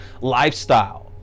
lifestyle